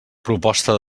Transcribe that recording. proposta